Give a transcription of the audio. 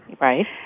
Right